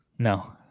No